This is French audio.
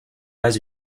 pas